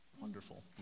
wonderful